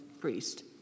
priest